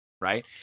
right